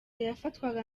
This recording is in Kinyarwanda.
yafatwaga